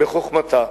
בחוכמתה